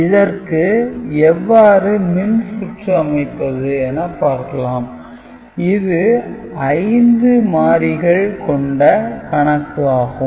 இதற்கு எவ்வாறு மின்சுற்று அமைப்பது என பார்க்கலாம் இது 5 மாறி கொண்ட கணக்கு ஆகும்